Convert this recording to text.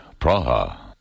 Praha. (